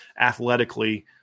athletically